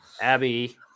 Abby